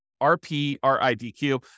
R-P-R-I-D-Q